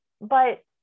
But-